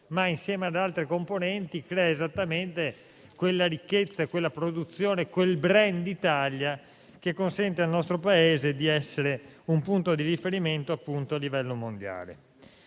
ma insieme ad altre componenti creano esattamente quella ricchezza, quella produzione e quel *brand* Italia che consentono al nostro Paese di essere un punto di riferimento a livello mondiale.